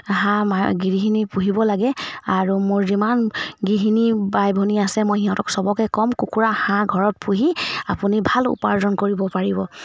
হাঁহ ম গৃহিণী পুহিব লাগে আৰু মোৰ যিমান গৃহিণী বাই ভনী আছে মই সিহঁতক চবকে কম কুকুৰা হাঁহ ঘৰত পুহি আপুনি ভাল উপাৰ্জন কৰিব পাৰিব